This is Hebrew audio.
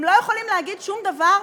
הם לא יכולים להגיד שום דבר,